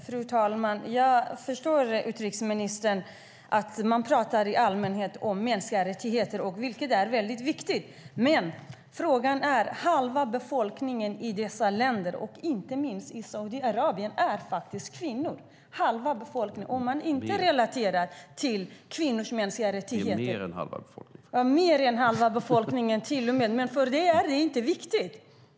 Fru talman! Jag förstår att man i allmänhet pratar om mänskliga rättigheter, utrikesministern, och det är väldigt viktigt. Men halva befolkningen i dessa länder, inte minst i Saudiarabien, är kvinnor - halva befolkningen! Om man inte relaterar till kvinnors mänskliga rättigheter .: Det är mer än halva befolkningen.) Ja, till och med mer än halva befolkningen!